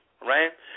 right